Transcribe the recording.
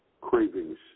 Cravings